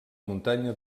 muntanya